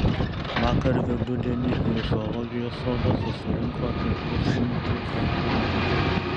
vakar vidudienį į zoologijos sodą susirinko apie pusšimtį talkininkų